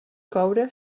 coure